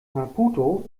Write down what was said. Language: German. maputo